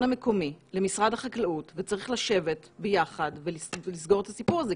המקומי למשרד החקלאות וצריך לשבת ביחד ולסגור את הסיפור הזה.